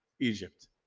Egypt